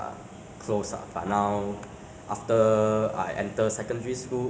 it's like I never talk to them for like ah five years six years you know